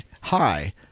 hi